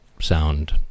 sound